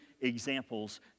examples